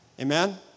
Amen